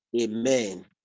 Amen